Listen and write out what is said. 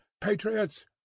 patriots